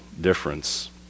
difference